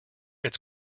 its